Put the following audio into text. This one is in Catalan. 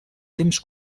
temps